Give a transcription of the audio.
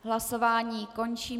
Hlasování končím.